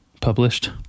published